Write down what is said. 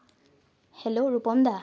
hello Rupam দা